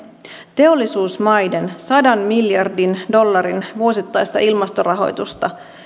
teollisuusmaiden sadan miljardin dollarin vuosittaista ilmastorahoitusta